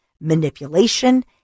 manipulation